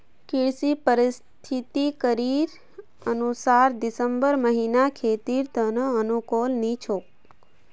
कृषि पारिस्थितिकीर अनुसार दिसंबर महीना खेतीर त न अनुकूल नी छोक